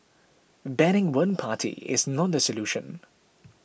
banning one party is not the solution